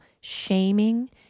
shaming